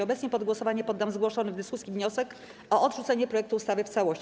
Obecnie pod głosowanie poddam zgłoszony w dyskusji wniosek o odrzucenie projektu ustawy w całości.